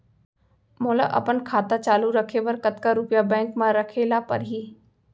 मोला अपन खाता चालू रखे बर कतका रुपिया बैंक म रखे ला परही?